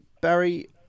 Barry